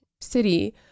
city